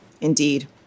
Indeed